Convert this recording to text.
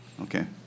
Okay